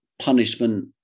punishment